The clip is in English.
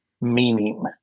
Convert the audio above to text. meaning